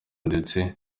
ndetse